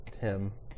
Tim